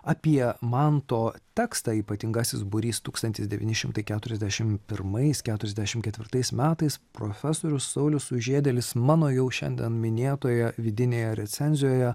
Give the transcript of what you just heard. apie manto tekstą ypatingasis būrys tūkstantis devyni šimtai keturiasdešim pirmais keturiasdešim ketvirtais metais profesorius saulius sužiedėlis mano jau šiandien minėtoje vidinėje recenzijoje